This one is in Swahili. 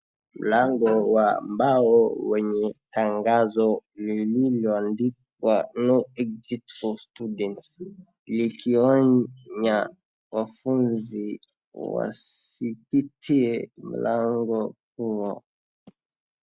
Mlango wa mbao wenye tangazo lililoandikwa No Exit For Students . Likionya wafunzi wasipitie mlango huo.